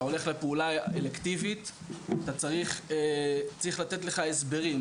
אתה הולך לפעולה אלקטיבית צריך לתת לך הסברים.